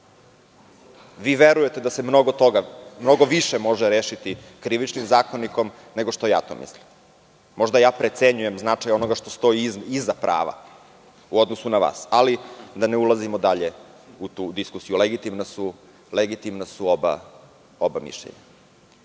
Vi verujete da se mnogo više može rešiti KZ, nego što ja to mislim. Možda ja precenjujem značaj onoga što stoji iza prava u odnosu na vas, ali ne ulazimo dalje u tu diskusiju. Legitimna su oba mišljenja. Vidite